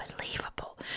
Unbelievable